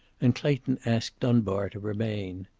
and clayton asked dunbar to remain.